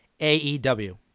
AEW